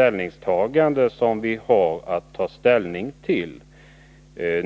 betänkande som vi har att ta ställning till.